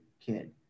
kid